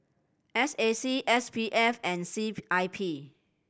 S A C S P F and C I P